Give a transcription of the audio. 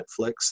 Netflix